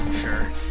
Sure